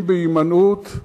אם בהימנעות,